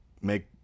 make